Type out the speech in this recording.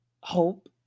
hope